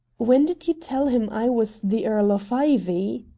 when did you tell him i was the earl of ivy?